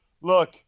Look